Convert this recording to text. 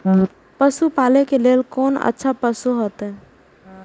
पशु पालै के लेल कोन अच्छा पशु होयत?